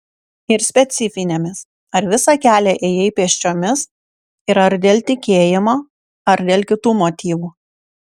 ir specifinėmis ar visą kelią ėjai pėsčiomis ir ar dėl tikėjimo ar dėl kitų motyvų